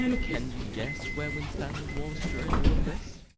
can you guess where winstanley was during all of this?